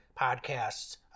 podcasts